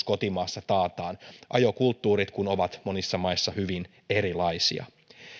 kotimaassa taataan ajokulttuurit kun ovat monissa maissa hyvin erilaisia